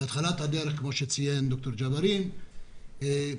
בהתחלתה הדרך, כמו שציין דוקטור ג'בארין, במארס,